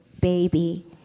baby